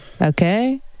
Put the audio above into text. Okay